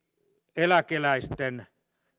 eläkeläisten